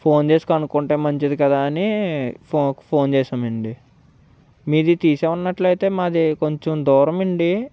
phone చేసి కనుకుంటే మంచిది కదా అని ఫో ఫోన్ చేశానండి మీది తీసే ఉన్నట్లయితే మాది కొంచెం దూరం అండి